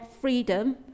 freedom